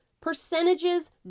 Percentages